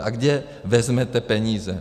A kde vezmete peníze?